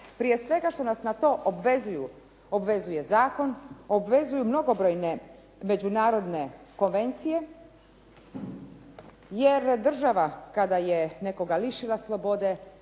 prije svega što nas na to obvezuje zakon, obvezuju mnogobrojne međunarodne konvencije jer država kada je nekoga lišila slobode